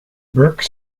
bourke